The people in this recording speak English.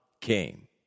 came